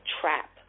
trap